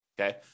Okay